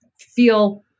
feel